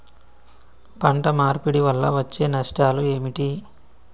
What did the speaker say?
పంట మార్పిడి వల్ల వచ్చే నష్టాలు ఏమిటి?